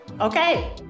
Okay